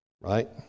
Right